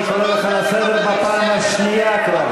אני קורא אותך לסדר בפעם השנייה כבר.